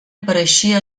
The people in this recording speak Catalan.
apareixia